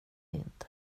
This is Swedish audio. inte